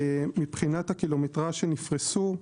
מבחנת הקילומטראז' שנפרסו,